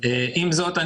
עם זאת,